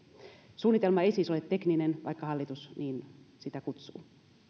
suunnitelma ei siis ole tekninen vaikka hallitus sellaiseksi sitä kutsuu